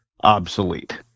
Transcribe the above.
obsolete